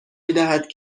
میدهد